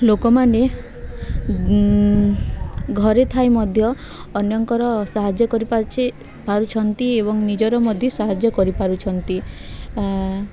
ଲୋକମାନେ ଘରେ ଥାଇ ମଧ୍ୟ ଅନ୍ୟଙ୍କର ସାହାଯ୍ୟ କରିପାରୁଛି ପାରୁଛନ୍ତି ଏବଂ ନିଜର ମଧ୍ୟ ସାହାଯ୍ୟ କରିପାରୁଛନ୍ତି